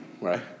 right